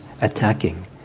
attacking